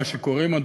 מה שקוראים לו,